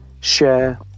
share